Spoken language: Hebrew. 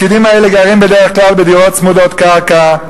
הפקידים האלה גרים בדרך כלל בדירות צמודות קרקע,